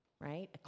right